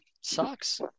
Sucks